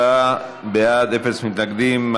64 בעד, אפס מתנגדים.